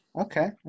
Okay